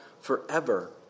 forever